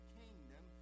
kingdom